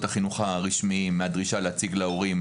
החינוך הרשמיים מהדרישה להציג להורים,